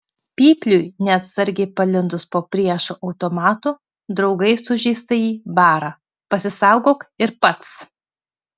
pypliui neatsargiai palindus po priešo automatu draugai sužeistąjį bara pasisaugok ir pats